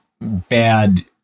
bad